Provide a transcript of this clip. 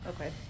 Okay